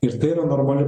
ir tai yra normali